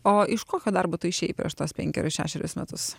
o iš kokio darbo tu išėjai prieš tuos penkerius šešerius metus